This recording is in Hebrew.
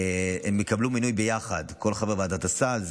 הם יקבלו מינוי ביחד, כל חברי ועדת הסל.